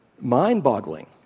mind-boggling